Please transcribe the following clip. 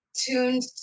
tuned